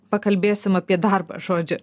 pakalbėsim apie darbą žodžiu